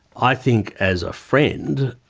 i think as a friend,